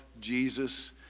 Jesus